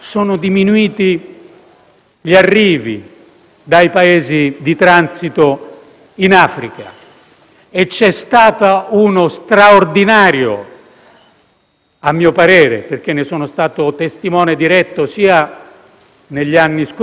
A mio parere - ne sono stato testimone diretto sia negli anni scorsi che nelle ultime settimane - c'è stata una straordinaria assunzione di responsabilità da parte di molti Governi africani